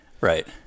right